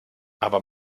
aber